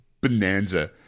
bonanza